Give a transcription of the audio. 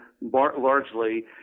largely